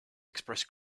expressed